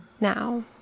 now